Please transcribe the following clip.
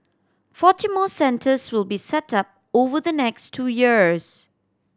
forty more centres will be set up over the next two years